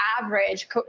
average